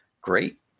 Great